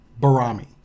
Barami